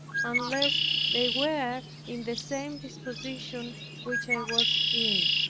unless they were in the same disposition which i was in.